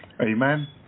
Amen